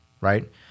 right